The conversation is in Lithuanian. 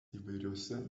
įvairiuose